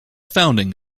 founding